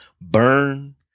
burn